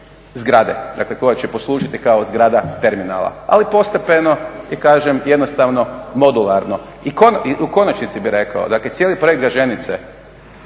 zgrade koja će poslužiti kao zgrada terminala. Ali postepeno i kažem jednostavno modularno. I u konačnici bih rekao, dakle cijeli projekt Gaženice